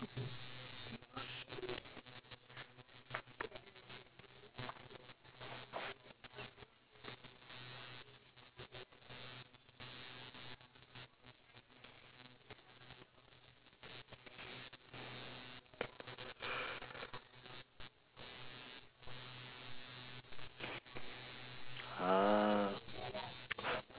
ah